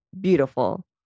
beautiful